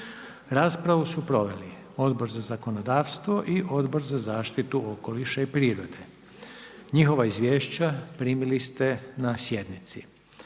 Raspravu su proveli Odbor za zakonodavstvo i Odbor za zaštitu okoliša i prirode. Njihova izvješća primili ste na sjednici.